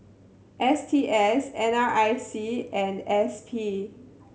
S T S N R I C and S P